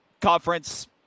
conference